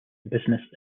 business